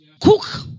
Cook